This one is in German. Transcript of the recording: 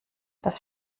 das